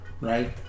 right